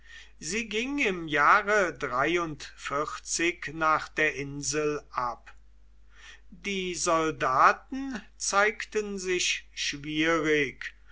sie ging im jahre nach der insel ab die soldaten zeigten sich schwierig